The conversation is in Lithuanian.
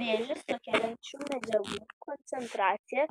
vėžį sukeliančių medžiagų koncentracija